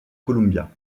columbia